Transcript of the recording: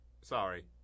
Sorry